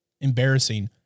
embarrassing